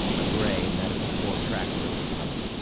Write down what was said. a gray medical corps tractor was coming.